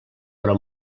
però